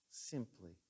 simply